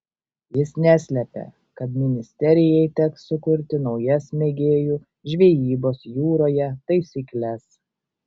jis neslėpė kad ministerjai teks sukurti naujas mėgėjų žvejybos jūroje taisykles